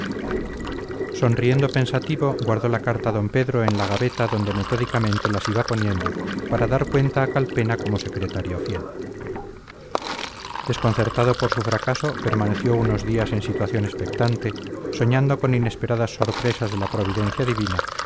sonriendo pensativo guardó la carta don pedro en la gaveta donde metódicamente las iba poniendo para dar cuenta a calpena como secretario fiel desconcertado por su fracaso permaneció unos días en situación expectante soñando con inesperadas sorpresas de la providencia divina